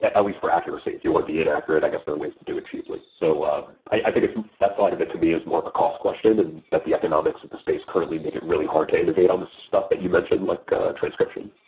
at at least for accuracy. if you want to be inaccurate, i guess there are ways to do it cheaply. so um i think that side of it to me is more of a cost question and that the economics of the space currently make it really hard to innovate on the stuff that you mentioned, like transcription.